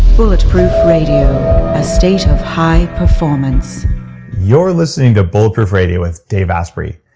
bulletproof radio, a state of high performance you're listening to bulletproof radio with dave asprey.